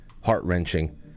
heart-wrenching